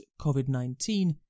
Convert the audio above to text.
COVID-19